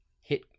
hit